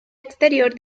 exterior